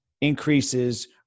increases